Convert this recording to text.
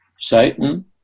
Satan